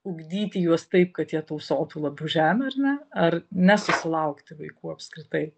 ugdyti juos taip kad jie tausotų labiau žemę ar ne ar nesusilaukti vaikų apskritai